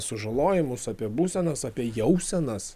sužalojimus apie būsenas apie jausenas